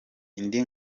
indi